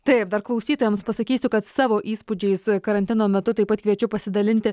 taip dar klausytojams pasakysiu kad savo įspūdžiais karantino metu taip pat kviečiu pasidalinti